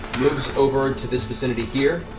moves over to this vicinity here.